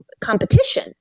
competition